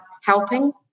helping